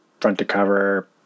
front-to-cover